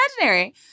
imaginary